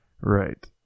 Right